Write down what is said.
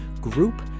group